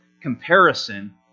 comparison